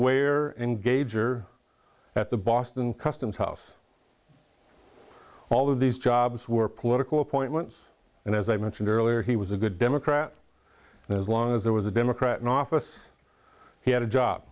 where engager at the boston customs house all of these jobs were political appointments and as i mentioned earlier he was a good democrat and as long as there was a democrat in office he had a job